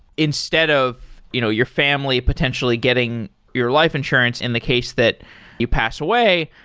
instead of you know your family potentially getting your life insurance in the case that you pass away,